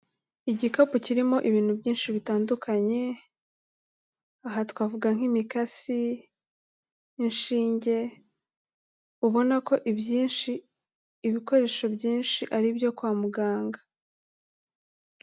Igikapu kirimo ibintu byinshi bitandukanye, aha twavuga nk'imikasi, inshinge, ubona ko ibyinshi, ibikoresho byinshi ari ibyo kwa muganga.